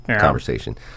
conversation